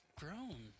grown